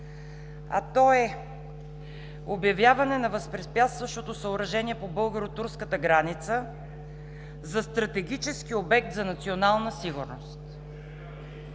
а то е: обявяване на възпрепятстващото съоръжение по българо-турската граница за стратегически обект за национална сигурност.